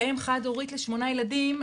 כאם חד הורית ל-8 ילדים,